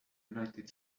united